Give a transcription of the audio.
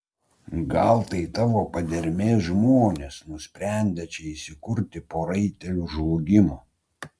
gal tai tavo padermės žmonės nusprendę čia įsikurti po raitelių žlugimo